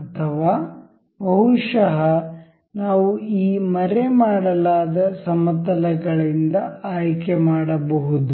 ಅಥವಾ ಬಹುಶಃ ನಾವು ಈ ಮರೆಮಾಡಲಾದ ಸಮತಲಗಳಿಂದ ಆಯ್ಕೆ ಮಾಡಬಹುದು